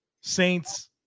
Saints